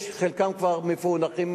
חלקם כבר מפוענחים,